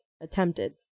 attempted